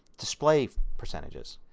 display percentages.